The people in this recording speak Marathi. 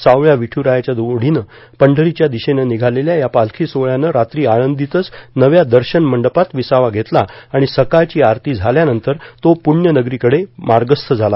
सावळ्या विठूरायाच्या ओढीनं पंढरीच्या दिशेनं निघालेल्या या पालखी सोहळ्यानं रात्री आळंदीतच नव्या दर्शन मंडपात विसावा घेतला आणि सकाळची आरती झाल्यानंतर तो प्रण्यनगरीकडं मार्गस्थ झाला